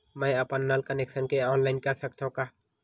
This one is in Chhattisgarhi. मैं अपन नल कनेक्शन के ऑनलाइन कर सकथव का?